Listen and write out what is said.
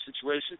situation